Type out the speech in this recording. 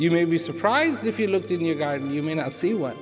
you may be surprised if you looked in your garden you may not see